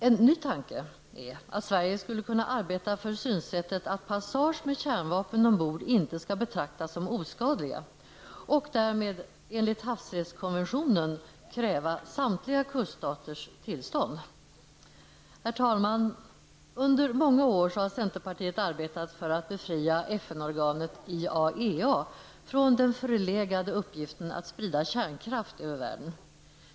En ny tanke är att Sverige skulle kunna arbeta för synsättet att passage med kärnvapen ombord inte skall betraktas som oskadlig. Den skall därmed enligt havsrättskonventionen kräva samtliga kuststaternas tillstånd. Herr talman! Under många år har centerpartiet arbetat för att befria FN-organet IAEA från den förlegade uppgiften att sprida kärnkraft över världen.